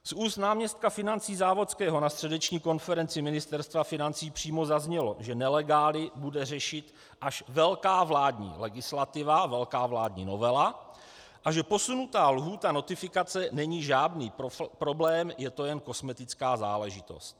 Z úst náměstka financí Závodského na středeční konferenci Ministerstva financí přímo zaznělo, že nelegály bude řešit až velká vládní legislativa, velká vládní novela, a že posunutá lhůta notifikace není žádný problém, je to jen kosmetická záležitost.